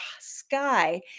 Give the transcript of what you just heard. sky